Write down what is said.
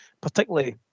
particularly